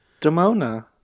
Demona